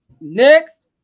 next